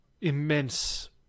immense